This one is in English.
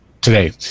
today